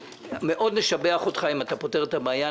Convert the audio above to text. מאוד נשבח אותך אם אתה פותר את הבעיה.